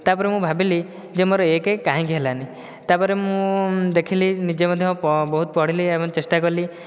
ତାପରେ ମୁଁ ଭାବିଲି ଯେ ମୋର ଏକ କହିଁକି ହେଲାନି ତାପରେ ମୁଁ ଦେଖିଲି ନିଜେ ମଧ୍ୟ ବହୁତ ପଢ଼ିଲି ଏବଂ ଚେଷ୍ଟା କଲି